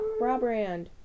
Brabrand